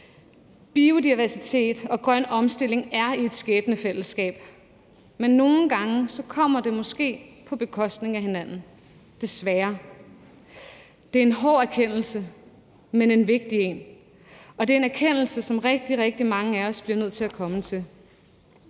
Biodiversitet og grøn omstilling er i et skæbnefællesskab, men nogle gange fremmes de måske på bekostning af hinanden, desværre. Det er en hård erkendelse, men en vigtig en, og det er en erkendelse, som rigtig, rigtig mange af os bliver nødt til at komme til.